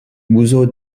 muzo